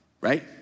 right